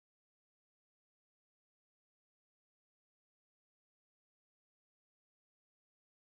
um as controversial as it will be okay and you know you gotta do the hitler salute